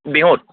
বিহুত